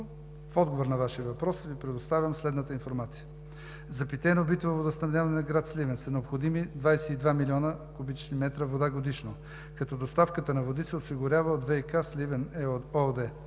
В отговор на Вашия въпрос Ви предоставям следната информация: за питейно-битово водоснабдяване на град Сливен са необходими 22 млн. куб. м вода годишно, като доставката на води се осигурява от „ВиК – Сливен“ – ООД.